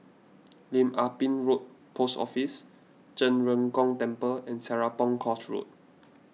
Lim Ah Pin Road Post Office Zhen Ren Gong Temple and Serapong Course Road